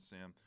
Sam